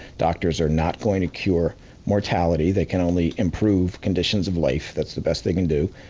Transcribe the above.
doctors are not going to cure mortality, they can only improve conditions of life, that's the best they can do.